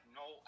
no